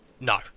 No